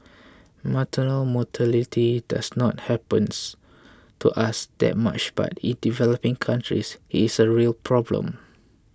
maternal mortality does not happens to us that much but in developing countries it's a real problem